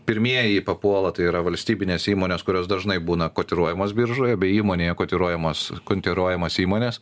pirmieji papuola tai yra valstybinės įmonės kurios dažnai būna kotiruojamos biržoje bei įmonėje kotiruojamos kontiruojamos įmonės